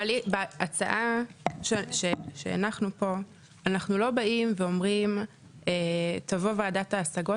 בהצעה שהנחנו פה אנחנו לא באים ואומרים תבוא ועדת ההשגות